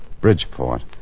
Bridgeport